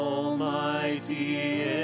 Almighty